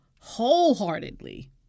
wholeheartedly